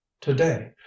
today